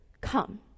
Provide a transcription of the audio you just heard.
Come